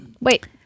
Wait